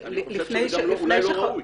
אני חושב שזה גם אולי לא ראוי.